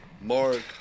Mark